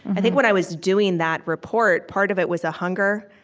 i think, when i was doing that report, part of it was a hunger,